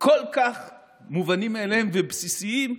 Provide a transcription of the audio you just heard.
כל כך מובנים מאליהם ובסיסיים,